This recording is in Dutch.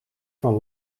van